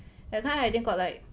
that time I think got like